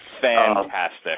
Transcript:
Fantastic